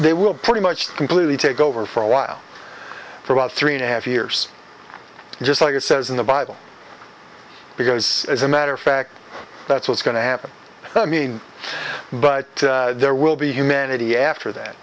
they will pretty much completely take over for a while for about three and a half years just like it says in the bible because as a matter of fact that's what's going to happen i mean but there will be humanity after that